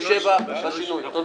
הישיבה ננעלה בשעה 12:20.